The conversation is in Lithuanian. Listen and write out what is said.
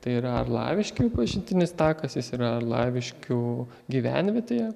tai yra arlaviškių pažintinis takas jis yra arlaviškių gyvenvietėje